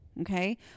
Okay